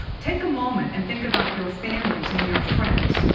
take a moment and think about your families and your friends,